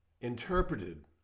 interpreted